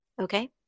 okay